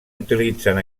utilitzen